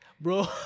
Bro